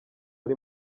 ari